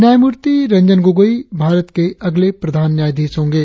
न्यायमूर्ति रंजन गोगोई भारत के अगले प्रधान न्यायधीश होंगे